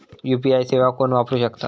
UPI सेवा कोण वापरू शकता?